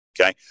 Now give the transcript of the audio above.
Okay